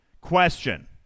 Question